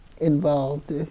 involved